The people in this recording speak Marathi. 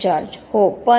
जॉर्ज हो पण